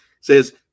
says